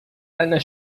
einer